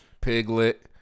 Piglet